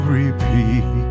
repeat